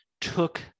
took